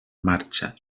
marxa